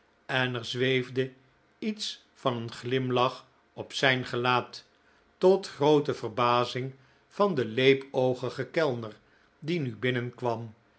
en er zweefde iets van een glimlach op zijn gelaat tot groote verbazing van den leepoogigen kellner die nu binnenkwam